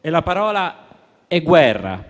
e la parola è "guerra".